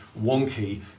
wonky